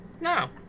No